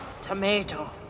tomato